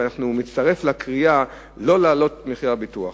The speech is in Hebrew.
ואנחנו נצטרף לקריאה לא להעלות את מחיר הביטוח.